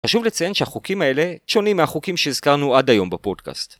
חשוב לציין שהחוקים האלה שונים מהחוקים שהזכרנו עד היום בפודקאסט.